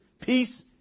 peace